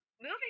Moving